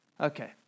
Okay